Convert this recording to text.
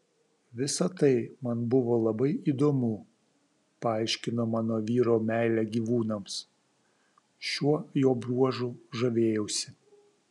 visa tai man buvo labai įdomu paaiškino mano vyro meilę gyvūnams šiuo jo bruožu žavėjausi